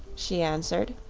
she answered.